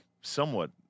somewhat